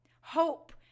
Hope